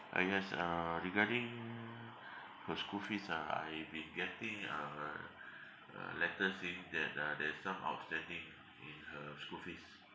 ah yes uh regarding her school fees ah I've been getting uh uh a letter saying that uh there's some outstanding in her school fees